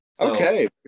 okay